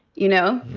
you know?